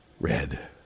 red